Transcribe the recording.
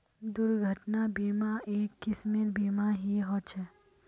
दुर्घटना बीमा, एक किस्मेर बीमा ही ह छे